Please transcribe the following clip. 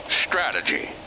strategy